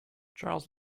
charles